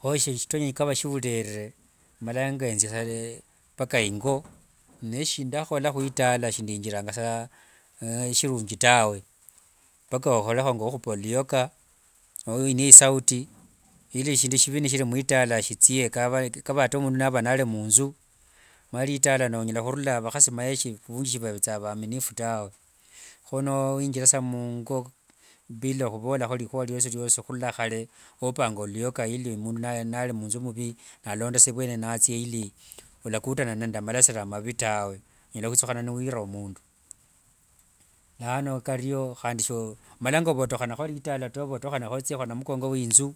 Kho shitonye shiva shiurere, malanga thiasa mpaka ingo. Ndakhola khwitala, sithingirasa shirunji tawe. Mpaka ovekho ngo ukhupa oluoka, noinia isauti ili shindu shivi shili mwitala shichie, kava ata mundu nali munthu. Omanye litala onyala khurura, omanye vakhasi muvunji sivavethanga vaminifu tawe. Kho niwithira sa mungo bila khuvholakho likhua liosi liosi khurula khale khuopanga luoka ili mundu nali munthu muvi nalonda seyo nathia ili wakakutana nende malasire mavi tawe. Onyala khwichukhana niwire mundu. Lano kario handi sho, omalanga ovotokhana litala.